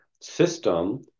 system